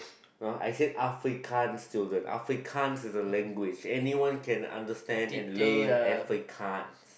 uh I said african student african is a language anyone can understand and learn africans